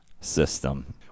system